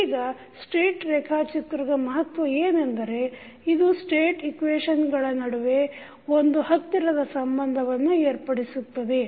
ಈಗ ಸ್ಟೇಟ್ ರೇಖಾಚಿತ್ರದ ಮಹತ್ವ ಏನೆಂದರೆ ಇದು ಸ್ಟೇಟ್ ಇಕ್ವೇಶನ್ಗಳ ನಡುವೆ ಒಂದು ಹತ್ತಿರದ ಸಂಬಂಧವನ್ನು ಏರ್ಪಡಿಸುತ್ತದೆ